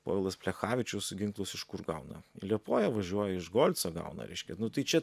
povilas plechavičius ginklus iš kur gauna į liepoją važiuoja iš golco gauna reiškia nu tai čia